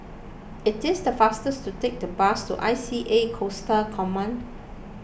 it is the faster to take the bus to I C A Coastal Command